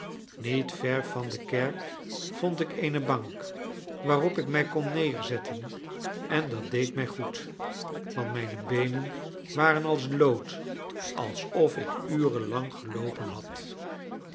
niet ver van de kerk vond ik eene bank waarop ik mij kon neerzetten en dat deed mij goed want mijne beenen waren als lood alsof ik uren lang geloopen had